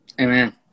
Amen